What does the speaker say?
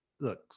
look